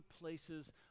places